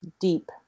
deep